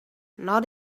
not